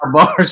bars